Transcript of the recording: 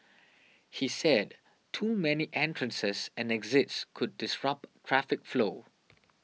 he said too many entrances and exits could disrupt traffic flow